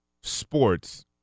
sports